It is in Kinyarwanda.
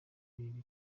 ibintu